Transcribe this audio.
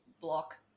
block